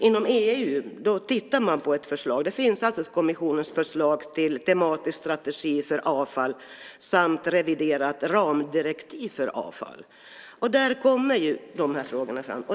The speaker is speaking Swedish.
Inom EU tittar man också på ett förslag. Kommissionen har alltså ett förslag om tematisk strategi för avfall samt reviderat ramdirektiv för avfall. Där kommer ju de här frågorna fram.